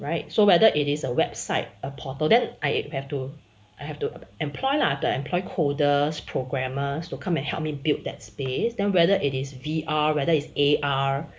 right so whether it is a website a portal then I have to I have to employ lah to employ coders programmers to come and help me build that space then whether it is VR_R whether is A_R